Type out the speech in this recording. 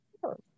Sure